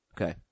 Okay